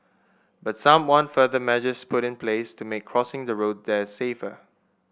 but some want further measures put in place to make crossing the road there safer